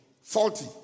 faulty